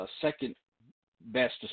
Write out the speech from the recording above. second-best